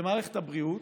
במערכת הבריאות,